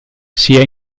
sia